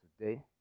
today